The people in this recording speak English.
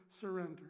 surrender